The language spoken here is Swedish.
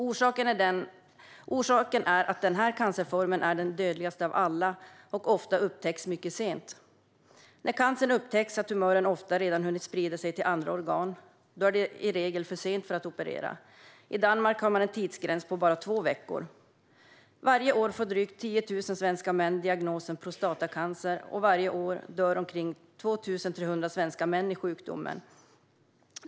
Orsaken är att denna cancerform är den dödligaste av alla och ofta upptäcks mycket sent. När cancern upptäcks har tumören ofta redan hunnit sprida sig till andra organ. Då är det i regel för sent för att operera. I Danmark har man en tidsgräns på bara två veckor. Varje år får drygt 10 000 svenska män diagnosen prostatacancer, och varje år dör omkring 2 300 svenska män i sjukdomen.